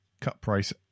cut-price